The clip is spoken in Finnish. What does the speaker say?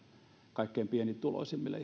kaikkein pienituloisimmille